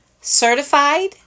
certified